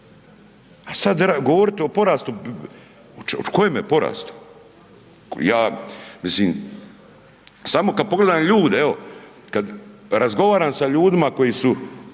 a sad govoriti o porastu, o kojeme porastu. Ja, mislim, samo kad pogledam ljude evo kad razgovaram sa ljudima koji su